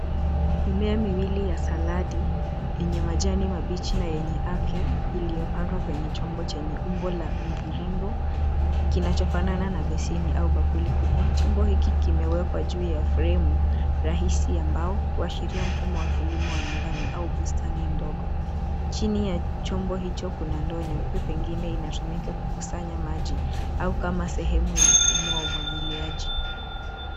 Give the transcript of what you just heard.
Mimea miwili ya saladi yenye majani mabichi na yenye afya iliyopandwa kwenye chombo chenye umbo la mviringo kinachofanana na beseni au bakuli kubwa. Chombo hiki kimewekwa juu ya fremu rahisi ya mbao kuashiria mfumo wa kilimo ya nyumbani au bustani ndogo. Chini ya chombo hicho kuna ndoo nyeupe pengine inatumika kukusanya maji au kama sehemu ya mfumo wa umwagiliaji.